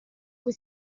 cui